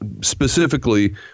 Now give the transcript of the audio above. Specifically